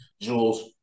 Jules